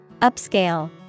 Upscale